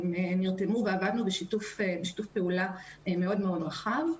הם נרתמו ועבדנו בשיתוף פעולה מאוד רחב.